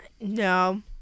no